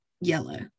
yellow